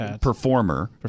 performer